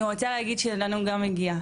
אני רוצה להגיד שלנו גם מגיע,